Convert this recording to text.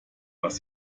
was